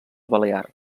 balear